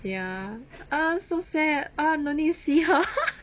ya ah so sad ah no need see her